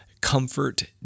Comfort